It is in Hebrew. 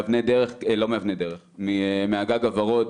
מ'הגג הוורוד'